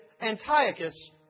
Antiochus